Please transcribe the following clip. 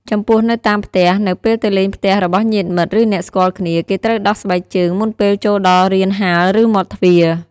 ចំពោះនៅតាមផ្ទះ នៅពេលទៅលេងផ្ទះរបស់ញាតិមិត្ត ឬអ្នកស្គាល់គ្នា គេត្រូវដោះស្បែកជើងមុនពេលចូលដល់រានហាលឬមាត់ទ្វារ។